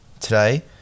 today